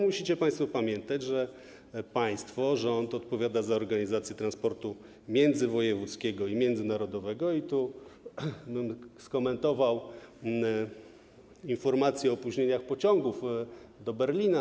Musicie państwo pamiętać, że państwo, rząd odpowiada za organizację transportu międzywojewódzkiego i międzynarodowego i tu skomentowałbym informację o opóźnieniach pociągów do Berlina.